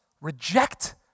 reject